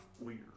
weird